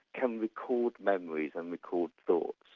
can record memories and record thoughts.